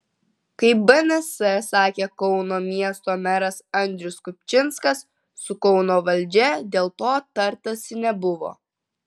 kaip bns sakė kauno miesto meras andrius kupčinskas su kauno valdžia dėl to tartasi nebuvo